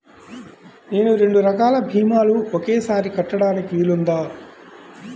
నేను రెండు రకాల భీమాలు ఒకేసారి కట్టడానికి వీలుందా?